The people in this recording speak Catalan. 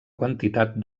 quantitat